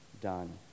done